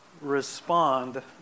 respond